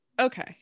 Okay